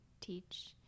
teach